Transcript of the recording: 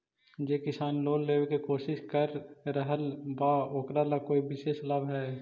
जे किसान लोन लेवे के कोशिश कर रहल बा ओकरा ला कोई विशेष लाभ हई?